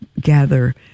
gather